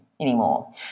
anymore